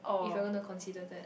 if you're gonna consider that